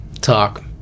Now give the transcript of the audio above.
talk